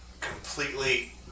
completely